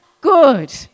good